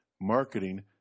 marketing